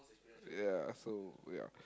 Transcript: ya so ya